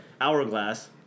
hourglass